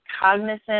cognizant